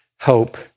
hope